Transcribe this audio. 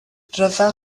rhyfel